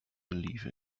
believe